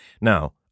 Now